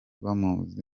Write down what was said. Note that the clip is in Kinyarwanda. bamuzi